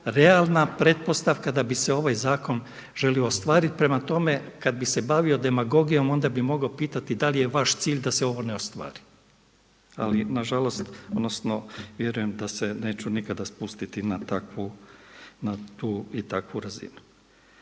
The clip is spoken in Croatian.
realna pretpostavka da bi se ovaj zakon želio ostvariti. Prema tome, kada bi se bavio demagogijom onda bi mogao pitati da li je vaš cilj da se ovo ne ostvari, ali nažalost odnosno vjerujem da se neću nikada spustiti na tu i takvu razinu.